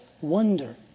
wonder